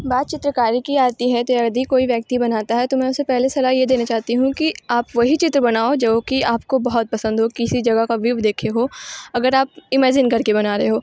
बात चित्रकारी की आती है तो यदि कोई व्यक्ति बनाता है तो मैं उसे पहले सलाह ये देना चाहती हूँ कि आप वही चित्र बनाओ जो कि आप को बहुत पसंद हो किसी जगह का व्यू देखे हो अगर आप इमैजिन कर के बना रहे हो